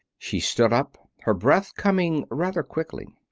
she stood up, her breath coming rather quickly.